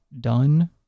done